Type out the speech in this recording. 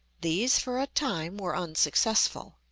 these, for a time, were unsuccessful.